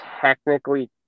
technically